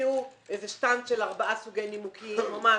יוציאו איזה "שטנץ" של ארבעה סוגי נימוקים או משהו.